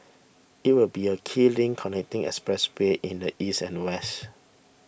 it will be a key link connecting expressways in the east and west